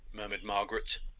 murmured margaret.